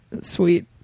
sweet